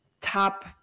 top